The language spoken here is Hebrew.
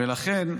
לכן,